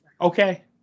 okay